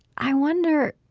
i wonder